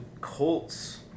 Colts